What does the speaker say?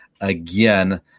again